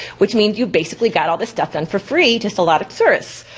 which means you basically got all this stuff done for free, just a lot of tsuris.